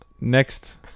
Next